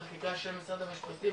משרד המשפטים